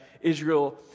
Israel